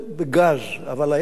אבל היה וכל הגז,